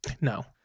No